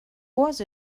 was